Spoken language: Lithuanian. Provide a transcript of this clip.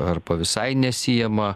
arba visai nesiima